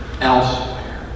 elsewhere